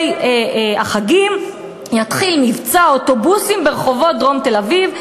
החגים יתחיל מבצע אוטובוסים ברחובות דרום תל-אביב,